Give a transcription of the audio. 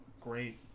great